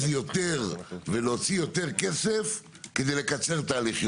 יותר ולהוציא יותר כסף כדי לקצר תהליכים?